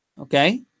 Okay